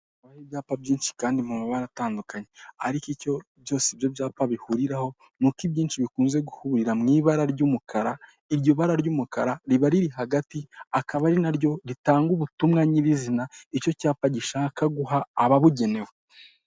Ibyapa byinshi kandi mu mabara atandukanye, ariko icyo byose ibyo byapa bihuriraho, ni uko ibyinshi bikunze guhurira mu ibara ry'umukara, iryo bara ry'umukara riba riri hagati, akaba ari naryo ritanga ubutumwa nyir'izina icyo cyapa gishaka ababugenewe.